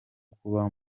kuba